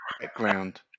background